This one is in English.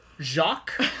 Jacques